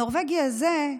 הנורבגי הזה,